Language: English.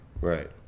Right